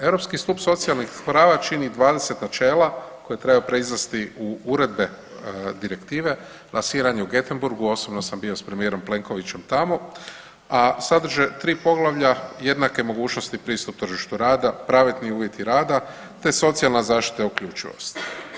Europski stup socijalnih prava čini 20 načela koja treba proizvesti u uredbe direktive, … u Gothenburgu osobno sam bio s premijerom Plenkovićem tamo, a sadrže tri poglavlja jednake mogućnosti, pristup tržištu rada, pravedni uvjeti rada te socijalna zaštita i uključivost.